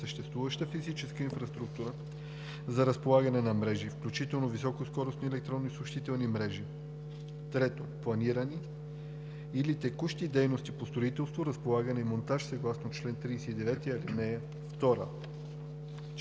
съществуваща физическа инфраструктура за разполагане на мрежи, включително високоскоростни електронни съобщителни мрежи; 3. планирани или текущи дейности по строителство, разполагане и монтаж съгласно чл. 39, ал. 2; 4.